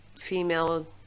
female